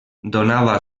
donava